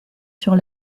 sur